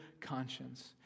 conscience